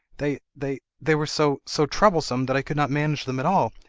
they they they were so so troublesome that i could not manage them at all.